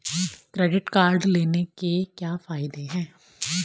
Credit card लेने के क्या फायदे हैं?